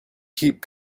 keep